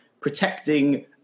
protecting